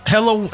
Hello